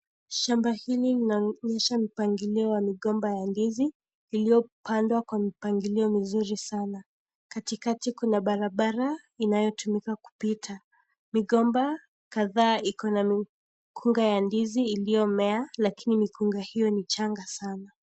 Shamba hili linaonyesha mpangilio wa migomba ya ndizi, iliyopandwa kwa mpangilio mzuri sana. Katikati kuna barabara inayotumika kupita. Migomba kadhaa iko na mikunga ya ndizi iliyo mea lakini mikunga hiyo ni changa sana.